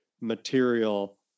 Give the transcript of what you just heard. material